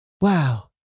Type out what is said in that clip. Wow